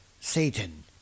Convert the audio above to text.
Satan